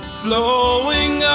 flowing